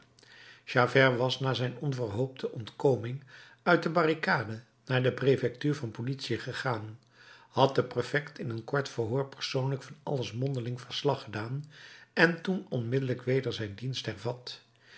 javert was na zijn onverhoopte ontkoming uit de barricade naar de prefectuur van politie gegaan had den prefect in een kort verhoor persoonlijk van alles mondeling verslag gedaan en toen onmiddellijk weder zijn dienst hervat